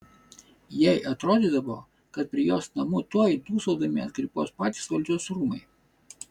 jai atrodydavo kad prie jos namų tuoj dūsaudami atkrypuos patys valdžios rūmai